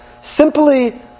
Simply